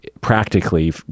practically